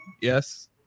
Yes